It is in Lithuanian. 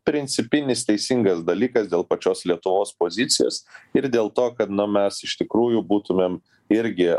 principinis teisingas dalykas dėl pačios lietuvos pozicijos ir dėl to kad nu mes iš tikrųjų būtumėm irgi